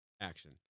action